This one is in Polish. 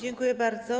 Dziękuję bardzo.